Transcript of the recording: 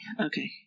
okay